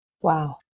Wow